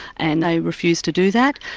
and they refuse to do that.